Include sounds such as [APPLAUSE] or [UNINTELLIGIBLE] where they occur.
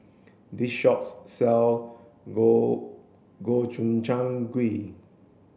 this shops sell [UNINTELLIGIBLE] Gobchang Gui